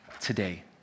today